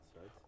right